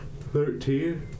Thirteen